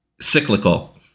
cyclical